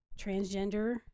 transgender